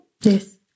Yes